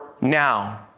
now